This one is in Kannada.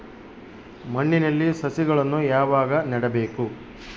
ಮಣ್ಣಿನಲ್ಲಿ ಸಸಿಗಳನ್ನು ಯಾವಾಗ ನೆಡಬೇಕು?